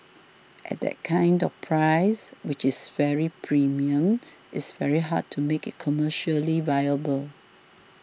at that kind of price which is very premium it's very hard to make it commercially viable